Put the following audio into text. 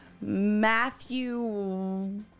Matthew